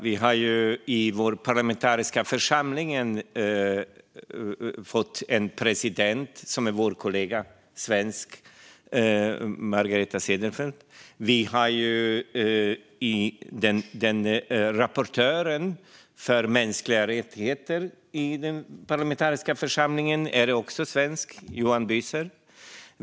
Vi har i vår parlamentariska församling fått en president som är vår svenska kollega Margareta Cederfelt. Också rapportören för mänskliga rättigheter i den parlamentariska församlingen är svensk, Johan Büser.